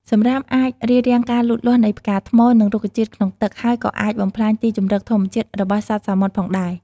សំរាមអាចរារាំងការលូតលាស់នៃផ្កាថ្ម និងរុក្ខជាតិក្នុងទឹក ហើយក៏អាចបំផ្លាញទីជម្រកធម្មជាតិរបស់សត្វសមុទ្រផងដែរ។